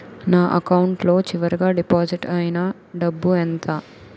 నా అకౌంట్ లో చివరిగా డిపాజిట్ ఐనా డబ్బు ఎంత?